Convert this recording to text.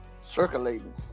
Circulating